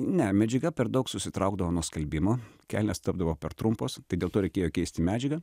ne medžiaga per daug susitraukdavo nuo skalbimo kelnės tapdavo per trumpos tai dėl to reikėjo keisti medžiagą